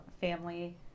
family